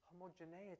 Homogeneity